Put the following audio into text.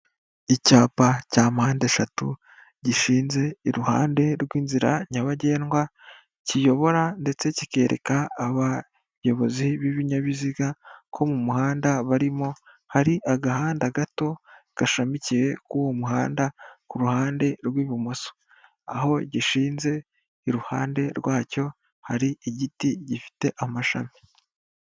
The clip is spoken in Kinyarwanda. Icyapa cya mpande eshatu, gishinze iruhande rw'inzira nyabagendwa, kiyobora ndetse kikereka abayobozi b'ibinyabiziga ko mu muhanda barimo hari agahanda gato gashamikiye kuri uwo muhanda ku ruhande rw'ibumoso. Aho gishinze iruhande rwacyo, hari igiti gifite amashami.